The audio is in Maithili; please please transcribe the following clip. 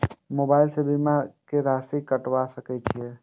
मोबाइल से बीमा के राशि कटवा सके छिऐ?